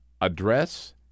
address